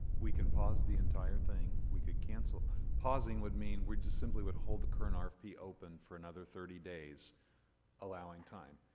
we can pause the entire thing. we could cancel pausing would mean we're just simply would hold the current um rfp open for another thirty days allowing time.